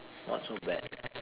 not so bad